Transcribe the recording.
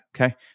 okay